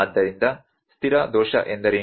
ಆದ್ದರಿಂದ ಸ್ಥಿರ ದೋಷ ಎಂದರೇನು